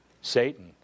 Satan